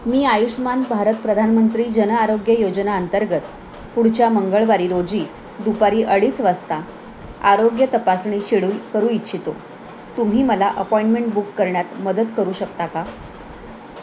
मी आयुष्मान भारत प्रधानमंत्री जन आरोग्य योजना अंतर्गत पुढच्या मंगळवारी रोजी दुपारी अडीच वासता आरोग्य तपासणी शेड्यूल करू इच्छितो तुम्ही मला अपॉइंटमेंट बुक करण्यात मदत करू शकता का